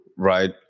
Right